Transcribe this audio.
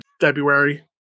February